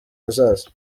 hazaza